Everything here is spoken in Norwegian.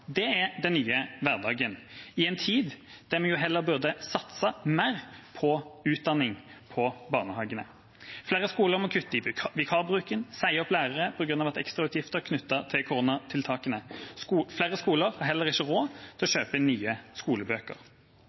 Det er den nye hverdagen i en tid da vi heller burde satse mer på utdanning og på barnehagene. Flere skoler må kutte i vikarbruken og si opp lærere på grunn av ekstrautgifter knyttet til koronatiltakene. Flere skoler har heller ikke råd til å kjøpe inn nye skolebøker.